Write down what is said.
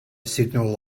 signal